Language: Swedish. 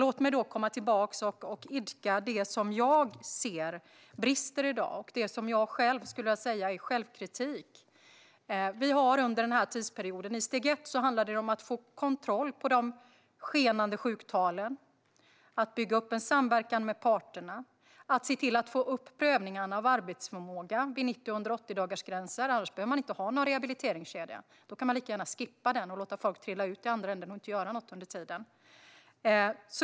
Låt mig komma tillbaka till det som jag ser brister i dag och det som jag själv skulle vilja säga är självkritik. Under den här tidsperioden har det i steg ett handlat om att få kontroll på de skenande sjuktalen, bygga upp en samverkan med parterna och se till att få upp prövningen av arbetsförmågan vid 90 och 180-dagarsgränserna, för annars behöver man inte ha någon rehabiliteringskedja utan kan lika gärna skippa den och inte göra något utan låta folk trilla ut i andra änden.